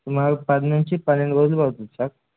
సు పద్ె నుంంచి పన్నెండు రోజలువుతుది సార్